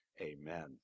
Amen